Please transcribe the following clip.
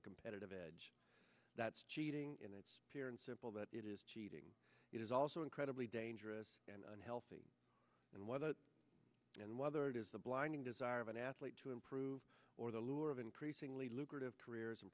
a competitive edge that's cheating in its pure and simple that it is cheating it is also incredibly dangerous and unhealthy and whether and whether it is the blinding desire of an athlete to improve or the lure of increasingly lucrative careers in